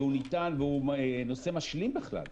והוא נושא משלים בכלל.